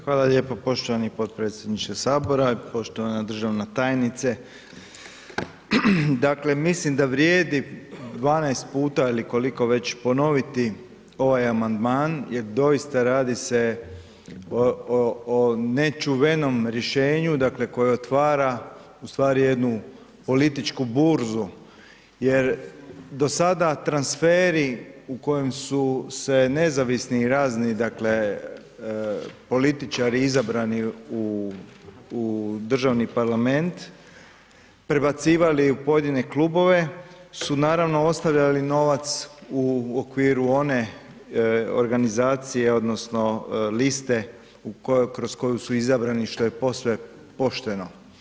Hvala lijepo poštovani potpredsjedniče Sabora, poštovana državna tajnice, dakle, mislim da vrijedi 12 puta ili koliko već ponoviti ovaj amandman jer doista radi se o nečuvenom riješenu, dakle, koje otvara ustvari jednu političku burzu, jer do sada transferi, u kojem sus e nezavisni, razni, dakle, političari, izabrani u državni parlament, prebacivali u pojedine klubove, su naravno ostavljali novac u okviru one organizacije, odnosno, liste u koju, kroz koju su izabrani, što je posve pošteno.